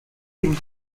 dem